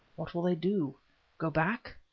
what will they do go back?